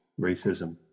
racism